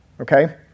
okay